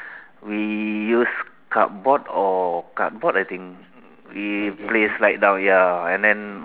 we use cardboard or cardboard I think we play slide down ya and then